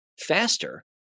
faster